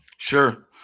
Sure